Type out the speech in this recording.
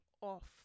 off